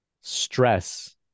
stress